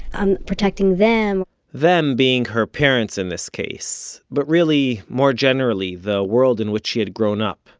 i'm protecting them them being her parents in this case, but really more generally the world in which she had grown up.